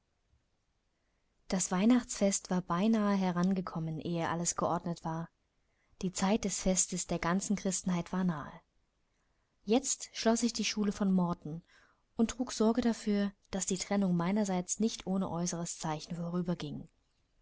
das weihnachtsfest war beinahe herangekommen ehe alles geordnet war die zeit des festes der ganzen christenheit war nahe jetzt schloß ich die schule von morton und trug sorge dafür daß die trennung meinerseits nicht ohne äußeres zeichen